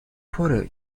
پره